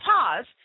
pause